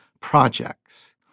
projects